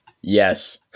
yes